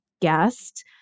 guest